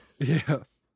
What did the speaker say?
Yes